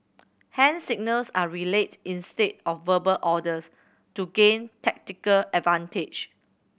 hand signals are relayed instead of verbal orders to gain tactical advantage